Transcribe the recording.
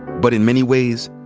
but in many ways,